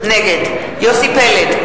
נגד יוסי פלד,